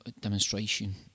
demonstration